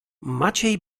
maciej